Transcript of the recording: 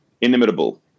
inimitable